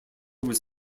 was